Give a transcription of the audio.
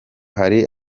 hari